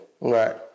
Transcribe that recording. Right